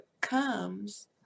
comes